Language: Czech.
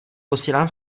posílám